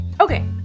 Okay